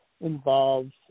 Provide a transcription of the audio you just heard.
involves